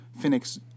Phoenix